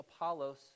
Apollos